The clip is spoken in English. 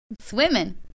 swimming